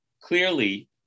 Clearly